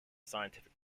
scientific